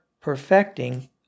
perfecting